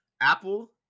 Apple